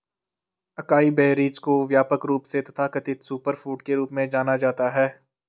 acai berries को व्यापक रूप से तथाकथित सुपरफूड के रूप में जाना जाता है